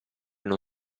non